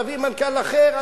תביא מנכ"ל אחר,